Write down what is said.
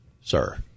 sir